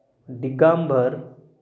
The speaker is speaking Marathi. डिगांभर